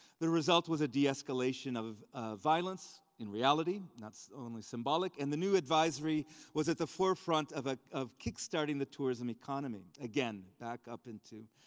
the result was a de-escalation of violence, in reality, not only symbolic, and the new advisory was at the forefront of ah of kick-starting the tourism economy again back up into